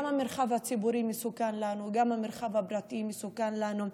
גם המרחב הציבורי מסוכן לנו וגם המרחב הפרטי מסוכן לנו.